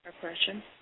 Question